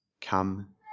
Come